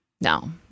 No